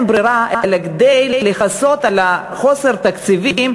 ברירה אלא כדי לכסות על חוסר תקציבים,